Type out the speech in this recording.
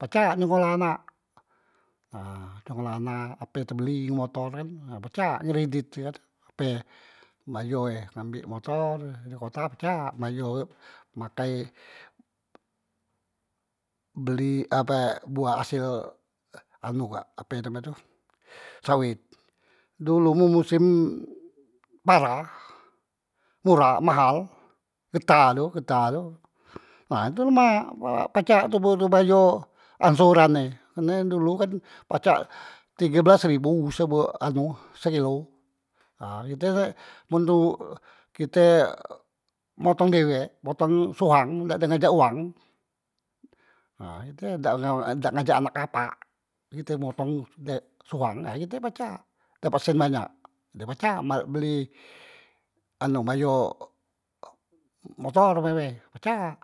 Pacak nyekolah anak, nah nyekolah anak ape tebeli motor kan pacak ngredet kan ape bayo e ngambek motor di kota pacak bayo makai beli ape buah asel anu kak ape name tu sawet, dulu man musem para murah mahal getah tu, getah tu nah tu lemak, pacak toboh tu bayo angsuran e karne dulu kan pacak tige belas ribu se bo anu sekilo ha kite me nu kite motong dewek, motong suhuang dak de ngajak uwang nah he dak ngajak anak kapak, kite motong de suhuang ha kite pacak dapat sen banyak, dem pacak beli anu bayo m motor umpame pacak,